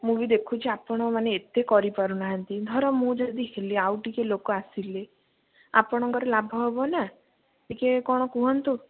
ମୁଁ ବି ଦେଖୁଛି ଆପଣ ମାନେ ଏତେ କରିପାରୁନାହାନ୍ତି ଧର ମୁଁ ଯଦି ହେଲି ଆଉ ଟିକିଏ ଲୋକ ଆସିଲେ ଆପଣଙ୍କର ଲାଭ ହେବନା ଟିକିଏ କ'ଣ କୁହନ୍ତୁ